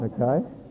Okay